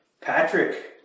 Patrick